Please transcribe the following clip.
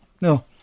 No